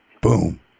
boom